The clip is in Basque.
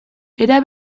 era